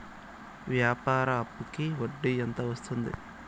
వ్యాపార అప్పుకి వడ్డీ ఎంత వస్తుంది?